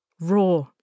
Raw